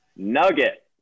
Nugget